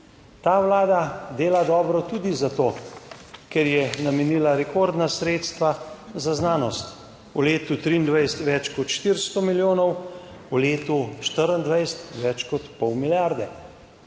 Ta vlada dela dobro tudi za to, ker je namenila rekordna sredstva za znanost. V letu 2023 več kot 400 milijonov, v letu 2024 več kot pol milijarde.